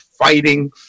Fighting